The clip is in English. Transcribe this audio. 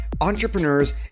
entrepreneurs